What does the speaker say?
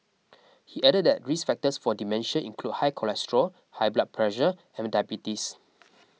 he added that risk factors for dementia include high cholesterol high blood pressure and diabetes